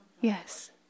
Yes